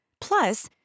Plus